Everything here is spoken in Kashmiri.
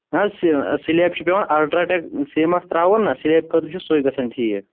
نہَ حظ سِلیٚپ چھُ پیٚوان اَلٹرا ٹیٚک سیٖمینٛٹ ترٛاوُن نا سِلیٚپ خٲطرٕ چھُ سُہ گژھان ٹھیٖک